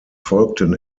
folgten